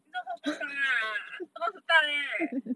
你懂 horse 多大嘛 horse 很大 leh